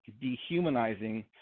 dehumanizing